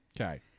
okay